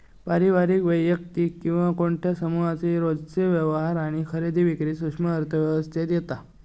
पारिवारिक, वैयक्तिक किंवा कोणत्या समुहाचे रोजचे व्यवहार आणि खरेदी विक्री सूक्ष्म अर्थशास्त्रात येता